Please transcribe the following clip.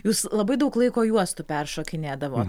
jūs labai daug laiko juostų peršokinėdavot